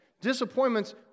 Disappointments